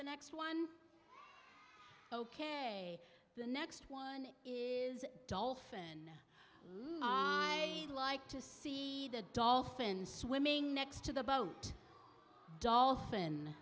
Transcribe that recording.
the next one ok the next one is dolphin like to see the dolphins swimming next to the boat dolphin